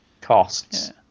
costs